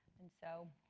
and so,